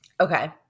Okay